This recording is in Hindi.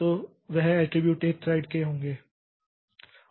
तो वह एट्रिब्यूट एक थ्रेड के होंगे